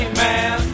man